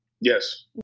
Yes